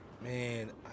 Man